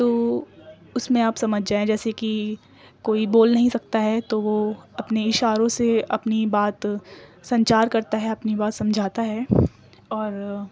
تو اس میں آپ سمجھ جائیں جیسے کہ کوئی بول نہیں سکتا ہے تو وہ اپنی اشاروں سے اپنی بات سنچار کرتا ہے اپنی بات سمجھاتا ہے اور